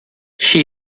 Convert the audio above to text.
she